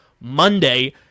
Monday